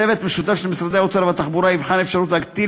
צוות משותף של משרדי האוצר והתחבורה יבחן אפשרות להטיל